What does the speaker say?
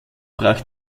brach